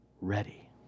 ready